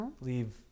leave